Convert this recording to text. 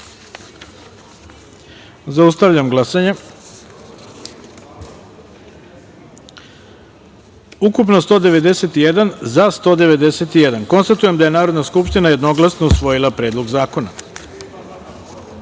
taster. Zaustavljam glasanje: ukupno – 191, za – 191.Konstatujem da je Narodna skupština jednoglasno usvojila Predlog zakona. Peta